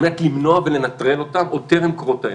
על מנת למנוע ולנטרל אותם עוד טרם קרות האירוע.